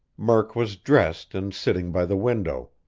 murk was dressed and sitting by the window.